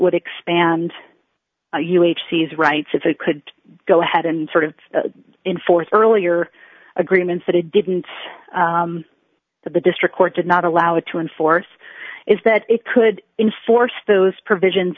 would expand sees rights if it could go ahead and sort of in force earlier agreements that it didn't that the district court did not allow it to enforce is that it could enforce those provisions